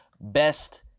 best